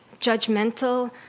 judgmental